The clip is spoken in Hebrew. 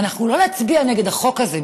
ואנחנו לא נצביע נגד החוק הזה,